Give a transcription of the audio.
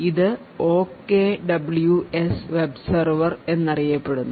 ഇത് OKWS web server എന്നറിയപ്പെടുന്നു